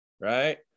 right